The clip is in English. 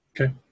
Okay